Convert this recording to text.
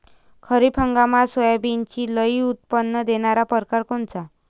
खरीप हंगामात सोयाबीनचे लई उत्पन्न देणारा परकार कोनचा?